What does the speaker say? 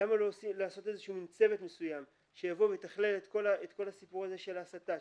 למה לא לעשות צוות מסוים שיתכלל את כל הסיפור של הסתה.